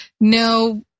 no